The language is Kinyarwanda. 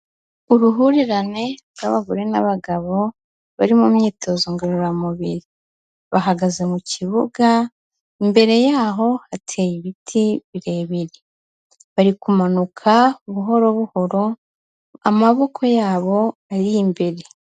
Uruhurirane rw'abagore n'abagabo bari mu myitozo ngororamubiri, bahagaze mu kibuga, imbere y'aho hateye ibiti birebire, bari kumanuka buhoro buhoro, amaboko yabo ari imbere.